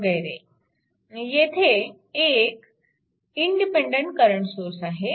वगैरे येथे एक इंडिपेन्डन्ट करंट सोर्स आहे